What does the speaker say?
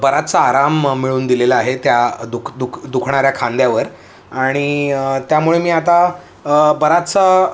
बराचसा आराम मिळून दिलेला आहे त्या दुख दुख दुखणाऱ्या खांद्यावर आणि त्यामुळे मी आता बराचसा